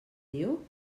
diu